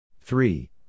Three